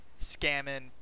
scamming